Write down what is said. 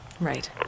Right